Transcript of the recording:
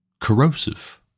corrosive